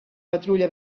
patrulla